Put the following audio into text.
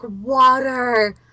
water